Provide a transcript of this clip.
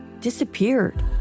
disappeared